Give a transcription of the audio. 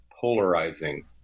polarizing